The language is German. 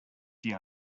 die